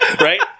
Right